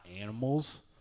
animals